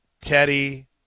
Teddy